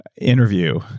interview